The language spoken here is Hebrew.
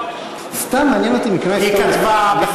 רק ביקשתי שתראה לי את הכתוב.